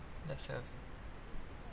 let's have